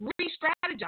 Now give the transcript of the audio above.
re-strategize